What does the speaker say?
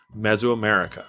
Mesoamerica